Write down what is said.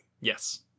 Yes